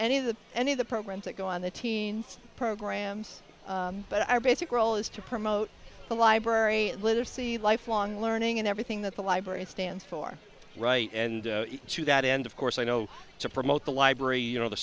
any of that any of the programs that go on the teen programs but our basic role is to promote the library literacy lifelong learning and everything that the library stands for right and to that end of course you know to promote the library you know the